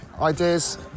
ideas